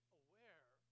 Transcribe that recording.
aware